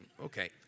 okay